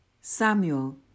Samuel